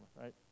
right